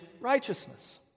righteousness